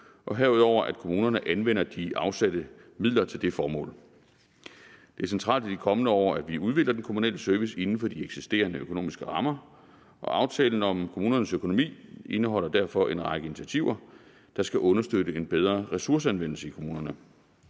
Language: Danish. og herudover, at kommunerne anvender de afsatte midler til det formål. Det er centralt i de kommende år, at vi udvikler den kommunale service inden for de eksisterende økonomiske rammer, og aftalen om kommunernes økonomi indeholder derfor en række initiativer, der skal understøtte en bedre ressourceanvendelse i kommunerne.